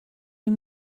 you